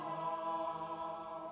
oh